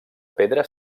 pedra